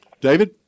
David